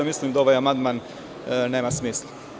Mislim da ovaj amandman nema smisla.